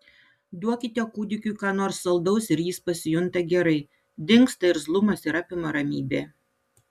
duokite kūdikiui ką nors saldaus ir jis pasijunta gerai dingsta irzlumas ir apima ramybė